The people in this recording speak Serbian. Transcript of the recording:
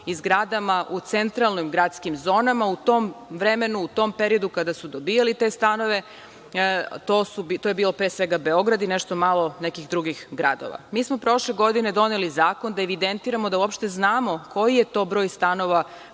i zgradama u centralnim gradskim zonama, u tom vremenu, u tom periodu kada su dobijali te stanove, a to je bio pre svega Beograd i nešto malo nekih drugih gradova. Prošle godine smo doneli zakon da evidentiramo, da uopšte znamo koji je to broj stanova